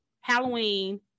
halloween